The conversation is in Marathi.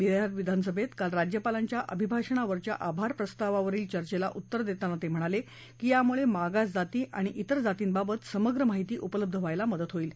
बिहार विधानसभेत काल राज्यपालांच्या अभिभाषणावरच्या आभार प्रस्तावावरील चर्चेला उत्तर देताना ते म्हणाले की यामुळे मागास जाती आणि अन्य जातींबाबत समग्र माहिती उपलब्ध व्हायला मदत होईल